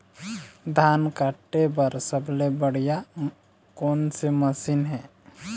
धान काटे बर सबले बढ़िया कोन से मशीन हे?